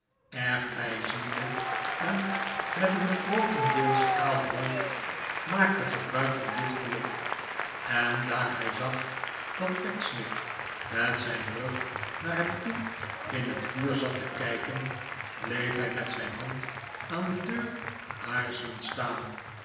erg bijziende en met een grootendeels kaal hoofd maakte gebruik van dit verlof en daar hij zag dat pecksniff met zijn rug naar hem toe in het vuur zat te kijken bleef bij met zijn hand aan de deur aarzelend staan